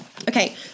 okay